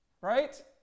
right